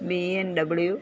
BMW